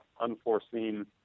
unforeseen